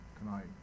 Tonight